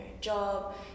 job